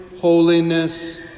holiness